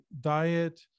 diet